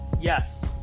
Yes